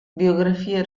biografie